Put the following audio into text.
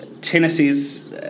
Tennessee's